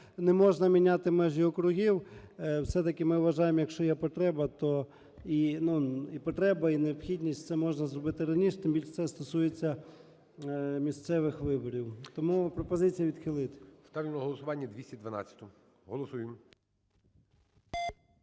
не можна міняти межі округів. Все-таки ми вважаємо, якщо є потреба, то… ну, і потреба, і необхідність, – це можна зробити раніше. Тим більше, це стосується місцевих виборів. Тому пропозиція відхилити.